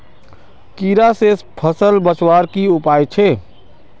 कीड़ा से फसल बचवार की उपाय छे?